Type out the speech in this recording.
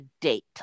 date